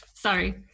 Sorry